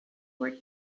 were